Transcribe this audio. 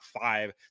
five